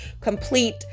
complete